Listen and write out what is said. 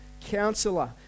counselor